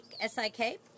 S-I-K